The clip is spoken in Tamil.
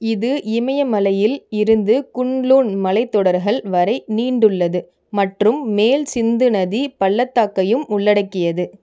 இது இமயமலையில் இருந்து குன்லுன் மலைத்தொடர்கள் வரை நீண்டுள்ளது மற்றும் மேல் சிந்து நதி பள்ளத்தாக்கையும் உள்ளடக்கியது